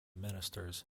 ministers